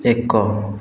ଏକ